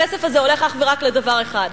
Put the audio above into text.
הכסף הזה הולך אך ורק לדבר אחד,